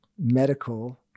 medical